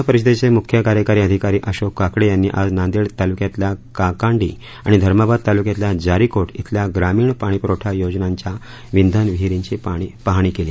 नांदेड जि हा प रषदेचे मु य कायकारी अधिकारी अशोक काकडे यांनी आज नांदेड तालु यात या काकांडी आणि धमाबाद तालु यात या जारीकोट इथ या ामीण पाणी पुरवठा योजनां या विंधन विहिर ची पाहणी केली